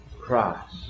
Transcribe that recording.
Christ